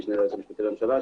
המשנה ליועץ המשפטי לממשלה,